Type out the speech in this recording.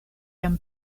jam